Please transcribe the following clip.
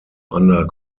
under